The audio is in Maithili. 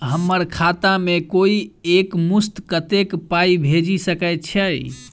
हम्मर खाता मे कोइ एक मुस्त कत्तेक पाई भेजि सकय छई?